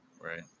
right